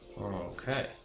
Okay